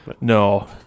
No